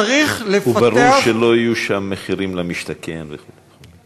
צריך לפתח, וברור שלא יהיו שם מחירים למשתכן וכו'.